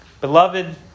Beloved